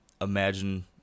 imagine